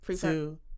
two